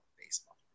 baseball